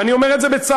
ואני אומר את זה בצער,